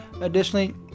Additionally